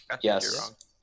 Yes